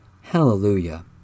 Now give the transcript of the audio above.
Hallelujah